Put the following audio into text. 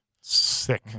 Sick